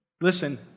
listen